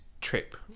trip